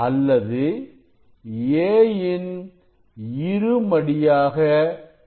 அல்லதுA யின் இருமடியாக இருக்கும்